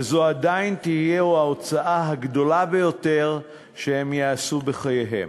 וזו עדיין תהיה ההוצאה הגדולה ביותר שהם יעשו בחייהם,